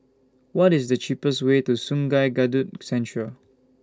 What IS The cheapest Way to Sungei Kadut Central